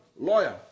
lawyer